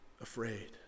afraid